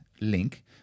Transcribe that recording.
link